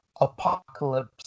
Apocalypse